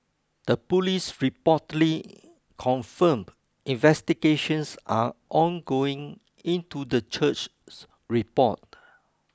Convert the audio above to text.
the police reportedly confirmed investigations are ongoing into the church's report